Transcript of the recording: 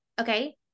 Okay